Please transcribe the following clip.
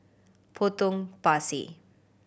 Potong Pasir